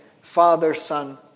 father-son